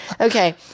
Okay